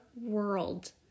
world